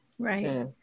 Right